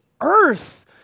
earth